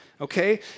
okay